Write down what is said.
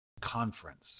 Conference